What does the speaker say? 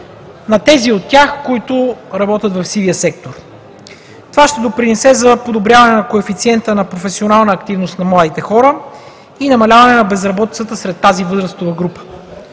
тези от тях, които работят в сивия сектор. Това ще допринесе за подобряване на коефициента на професионална активност на младите хора и намаляване на безработицата сред тази възрастова група.